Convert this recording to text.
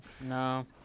No